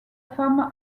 femme